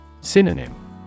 Synonym